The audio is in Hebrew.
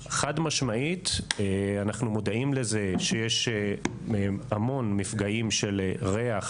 חד משמעית אנחנו מודעים לזה שיש המון מפגעים של ריח,